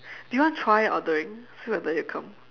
do you want to try ordering see whether they'll come